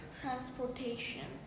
transportation